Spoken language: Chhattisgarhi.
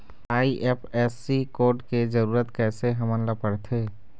आई.एफ.एस.सी कोड के जरूरत कैसे हमन ला पड़थे?